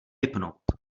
vypnout